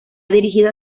dirigido